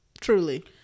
Truly